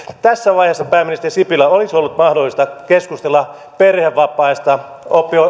tässä vaiheessa pääministeri sipilä olisi ollut mahdollista keskustella perhevapaista